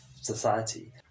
society